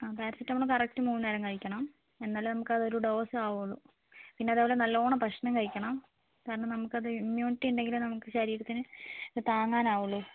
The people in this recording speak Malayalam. ആ പാരസെറ്റാമോൾ കറക്റ്റ് മൂന്നുനേരം കഴിക്കണം എന്നാലേ നമുക്ക് അതൊരു ഡോസ് ആവുള്ളൂ പിന്നെ അതേപോലെ നല്ലവണ്ണം ഭക്ഷണം കഴിക്കണം കാരണം നമുക്കത് ഇമ്മ്യൂണിറ്റി ഉണ്ടെങ്കിലേ നമുക്ക് ശരീരത്തിന് അത് താങ്ങാനാവുള്ളൂ